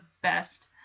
best